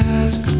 ask